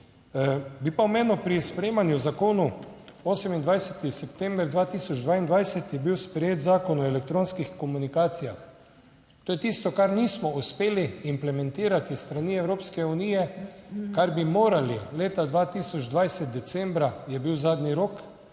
Bi pa omenil pri sprejemanju zakonov. 28. september 2022 je bil sprejet Zakon o elektronskih komunikacijah. To je tisto, kar nismo uspeli implementirati s strani Evropske unije, kar bi morali leta 2020, decembra, je bil zadnji rok.